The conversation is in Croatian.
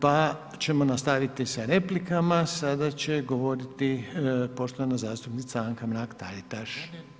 Pa ćemo nastaviti sa replikama, sada će govoriti poštovana zastupnica Anka Mrak-Taritaš.